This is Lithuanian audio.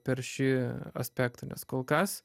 per šį aspektą nes kol kas